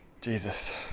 Jesus